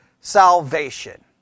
salvation